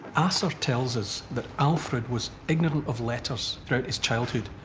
ah so tells us that alfred was ignorant of letters throughout his childhood.